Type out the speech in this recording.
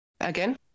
again